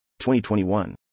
2021